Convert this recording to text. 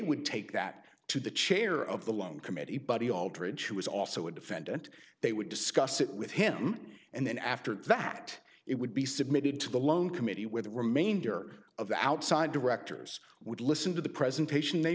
would take that to the chair of the loan committee buddy aldridge who was also a defendant they would discuss it with him and then after that it would be submitted to the loan committee where the remainder of the outside directors would listen to the presentation